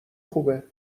خوبه